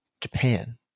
Japan